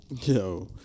Yo